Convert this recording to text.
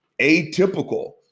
Atypical